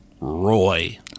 roy